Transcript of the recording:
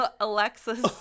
Alexis